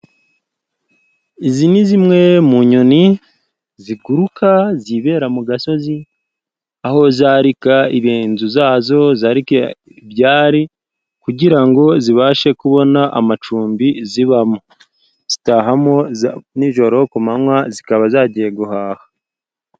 Izi ni zimwe mu nyoni ziguruka zibera mu gasozi, aho zarika inzu zazo zarika ibyari kugira ngo zibashe kubona amacumbi zibamo, zitahamo nijoro ku manwa zikaba zagiye guhaha.